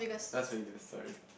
Las Vegas sorry